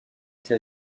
été